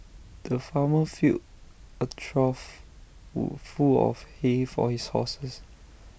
the farmer filled A trough full of hay for his horses